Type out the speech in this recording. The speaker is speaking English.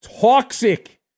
Toxic